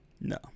No